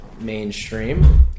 mainstream